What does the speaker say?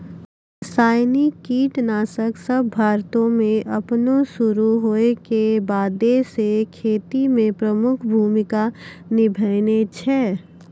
रसायनिक कीटनाशक सभ भारतो मे अपनो शुरू होय के बादे से खेती मे प्रमुख भूमिका निभैने छै